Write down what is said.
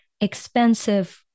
expensive